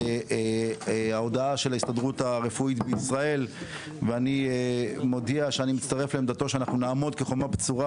הודעת ההסתדרות הרפואית בישראל ואני מודיע שאנחנו נעמוד כחומה בצורה